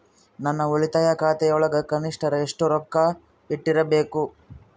ನನ್ನ ಉಳಿತಾಯ ಖಾತೆಯೊಳಗ ಕನಿಷ್ಟ ಎಷ್ಟು ರೊಕ್ಕ ಇಟ್ಟಿರಬೇಕು?